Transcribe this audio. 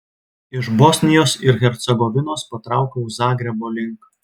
iš bosnijos ir hercegovinos patraukiau zagrebo link